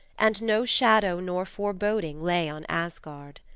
and no shadow nor foreboding lay on asgard.